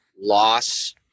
loss